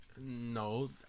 No